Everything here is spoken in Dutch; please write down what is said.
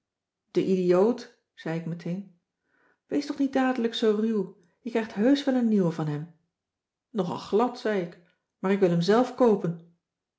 de idioot zei ik meteen wees toch niet dadelijk zoo ruw je krijgt heusch wel een nieuwe van hem nogal glad zei ik maar ik wil hem zelf koopen